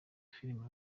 film